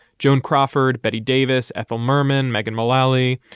joan crawford, betty davis, ethel merman, megan mullally,